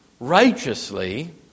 Righteously